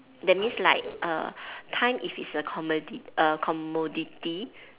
that means like err time if it's a commodi~ err commodity